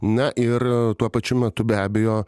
na ir tuo pačiu metu be abejo